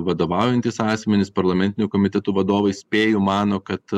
vadovaujantys asmenys parlamentinių komitetų vadovai spėju mano kad